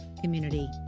community